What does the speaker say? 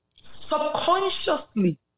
subconsciously